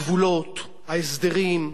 הגבולות, ההסדרים,